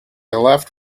left